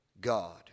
God